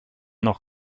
noch